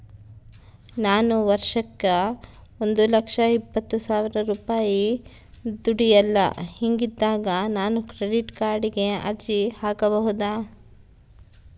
ನಾನು ವರ್ಷಕ್ಕ ಒಂದು ಲಕ್ಷ ಇಪ್ಪತ್ತು ಸಾವಿರ ರೂಪಾಯಿ ದುಡಿಯಲ್ಲ ಹಿಂಗಿದ್ದಾಗ ನಾನು ಕ್ರೆಡಿಟ್ ಕಾರ್ಡಿಗೆ ಅರ್ಜಿ ಹಾಕಬಹುದಾ?